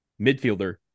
midfielder